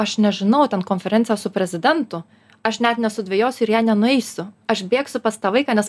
aš nežinau ten konferencija su prezidentu aš net nesudvejosiu ir jei nenueisiu aš bėgsiu pas tą vaiką nes